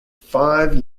five